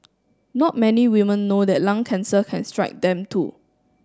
not many women know that lung cancer can strike them too